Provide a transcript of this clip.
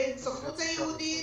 בין הסוכנות היהודית